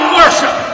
worship